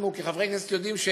אנחנו כחברי כנסת יודעים,